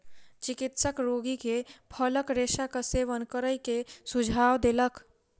चिकित्सक रोगी के फलक रेशाक सेवन करै के सुझाव देलक